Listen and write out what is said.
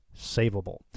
savable